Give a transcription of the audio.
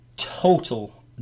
Total